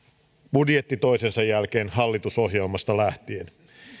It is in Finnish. budjetti toisensa jälkeen hallitusohjelmasta lähtien